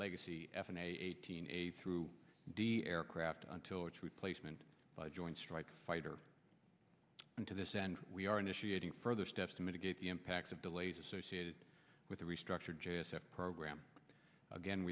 legacy f and eighteen a through d aircraft until its replacement by joint strike fighter into this and we are initiating further steps to mitigate the impacts of delays associated with the restructured j s f program again